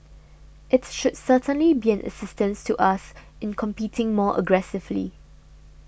it should certainly be an assistance to us in competing more aggressively